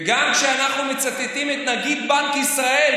וגם כשאנחנו מצטטים את נגיד בנק ישראל,